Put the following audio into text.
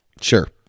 Sure